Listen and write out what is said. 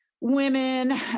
women